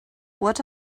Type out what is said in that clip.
what